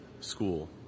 school